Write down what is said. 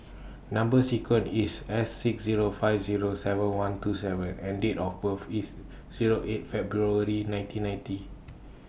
Number sequence IS S six Zero five Zero seven one two Z and Date of birth IS Zero eight February nineteen ninety